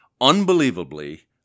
Unbelievably